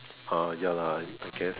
uh ya lah I guess